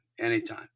anytime